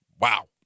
Wow